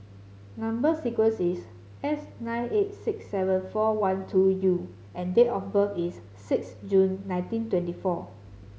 number sequence is S nine eight six seven four one two U and date of birth is six June nineteen twenty four